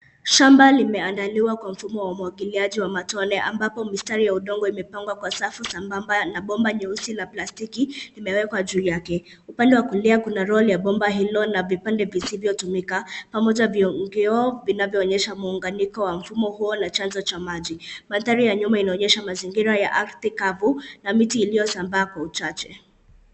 Shamba limeandaliwa kwa mfumo wa umwagiliaji wa matone, ambapo mistari ya udongo imepangwa kwa safu sambamba na bomba nyeusi la plastiki imewekwa juu yake. Upande wa kulia kuna roll ya bomba hilo ya vipande visivyotumika pamoja na vyoo vinavyoonyesha mfumo huo na chanzo cha maji. Mandhari ya nyuma inaonyesha mazingira ya ardhi kavu na miti iliyosambaa kwa uchache.